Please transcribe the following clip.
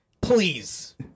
please